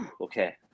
okay